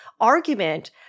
argument